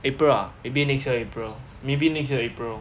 april ah maybe next year april lor